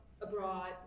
abroad